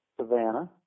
Savannah